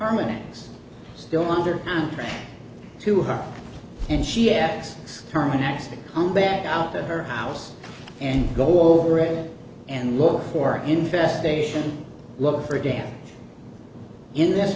terminix still under contract to her and she asks her next to come back out to her house and go over it and look for infestation look for damage in this